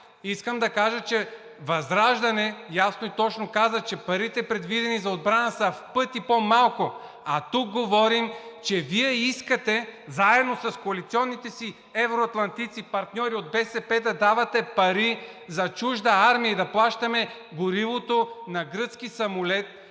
искам да кажа, че ВЪЗРАЖДАНЕ ясно и точно каза, че парите, предвидени за отбраната, са в пъти по-малко, а тук говорим, че Вие искате заедно с коалиционните си евроатлантици – партньори от БСП, да давате пари за чужда армия и да плащаме горивото на гръцки самолет,